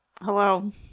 Hello